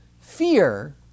Fear